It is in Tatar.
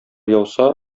яуса